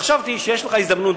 חשבתי שיש לך הזדמנות,